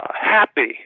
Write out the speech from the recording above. happy